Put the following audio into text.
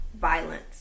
violence